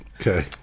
Okay